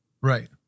Right